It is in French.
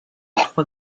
trois